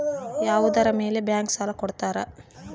ಯಾವುದರ ಮೇಲೆ ಬ್ಯಾಂಕ್ ಸಾಲ ಕೊಡ್ತಾರ?